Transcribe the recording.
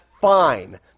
fine